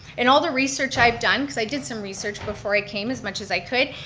in all the research i've done, cause i did some research before i came, as much as i could,